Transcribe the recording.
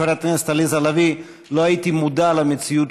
חברת הכנסת עליזה לביא: לא הייתי מודע למציאות